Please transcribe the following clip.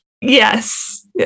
Yes